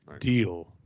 deal